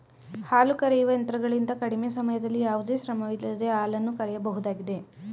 ಹಾಲು ಕರೆಯುವ ಯಂತ್ರಗಳಿಂದ ಕಡಿಮೆ ಸಮಯದಲ್ಲಿ ಯಾವುದೇ ಶ್ರಮವಿಲ್ಲದೆ ಹಾಲನ್ನು ಕರೆಯಬಹುದಾಗಿದೆ